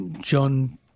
John